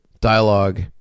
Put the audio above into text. dialogue